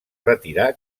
retirar